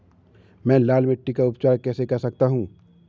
मैं लाल मिट्टी का उपचार कैसे कर सकता हूँ?